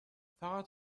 فقط